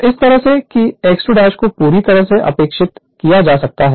तो इस तरह से कि x2 को पूरी तरह से उपेक्षित किया जा सकता है